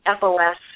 FOS